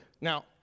Now